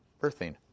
Birthing